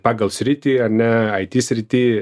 pagal sritį ar ne it srity